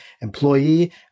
employee